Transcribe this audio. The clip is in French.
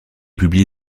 publié